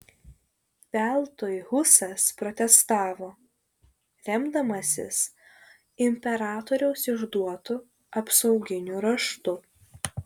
veltui husas protestavo remdamasis imperatoriaus išduotu apsauginiu raštu